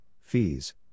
fees